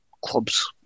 clubs